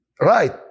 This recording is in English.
right